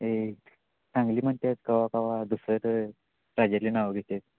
ते सांगलीमध्ये एक केव्हा केव्हा दुसरं राज्यातले नावं घेते